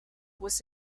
was